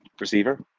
Receiver